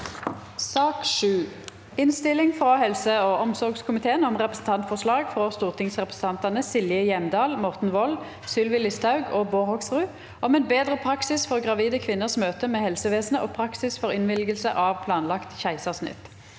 Innstilling fra helse- og omsorgskomiteen om Repre- sentantforslag fra stortingsrepresentantene Silje Hjem- dal, Morten Wold, Sylvi Listhaug og Bård Hoksrud om en bedre praksis for gravide kvinners møte med helsevese- net og praksis for innvilgelse av planlagt keisersnitt